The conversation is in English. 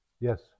Yes